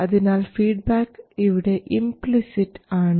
അതിനാൽ ഫീഡ്ബാക്ക് ഇവിടെ ഇംപ്ലിസിറ്റ് ആണ്